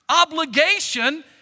obligation